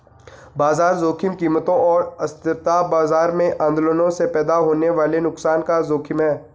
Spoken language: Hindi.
बाजार जोखिम कीमतों और अस्थिरता बाजार में आंदोलनों से पैदा होने वाले नुकसान का जोखिम है